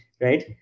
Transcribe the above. right